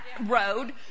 road